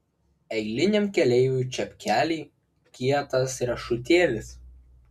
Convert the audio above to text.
eiliniam keleiviui čepkeliai kietas riešutėlis